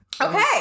Okay